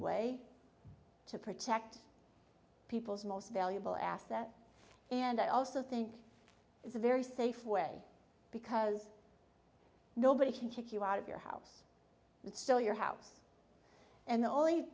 way to protect people's most valuable asset and i also think it's a very safe way because nobody can kick you out of your house it's still your house and the only